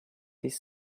this